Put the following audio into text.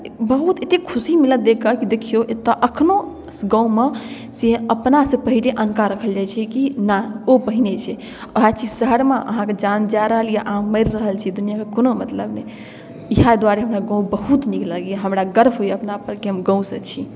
बहुत एतेक खुशी मिलल देखि कऽ कि देखियौ एतय एखनहु गाममे से अपनासँ पहिने अनका राखल जाइत छै कि नहि ओ पहिने छै उएह चीज शहरमे अहाँके जान जा रहल यए अहाँ मरि रहल छी दुनिआँके कोनो मतलब नहि इएह दुआरे हमरा गाम बहुत नीक लगैए हमरा गर्व होइए अपना आपपर कि हम गामसँ छी